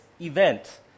event